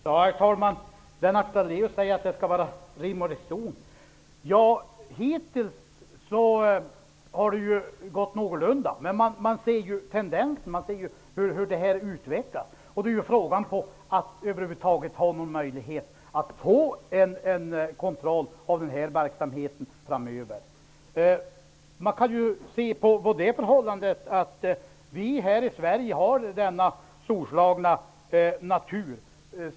Herr talman! Lennart Daléus säger att det skall vara rim och reson i resonemanget. Hittills har det gått någorlunda bra, men man ser ju tendenserna, man ser hur det här har utvecklats. Frågan är om det över huvud taget är möjligt att få kontroll på sådan här verksamhet framöver. Vi har i Sverige en storslagen natur.